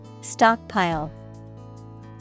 Stockpile